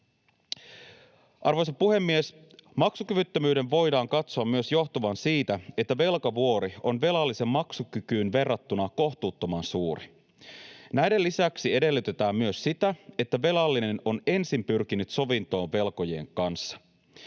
Arvoisa puhemies! Maksukyvyttömyyden voidaan katsoa johtuvan myös siitä, että velkavuori on velallisen maksukykyyn verrattuna kohtuuttoman suuri. Näiden lisäksi edellytetään myös sitä, että velallinen on ensin pyrkinyt sovintoon velkojien kanssa.